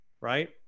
right